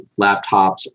laptops